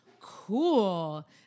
cool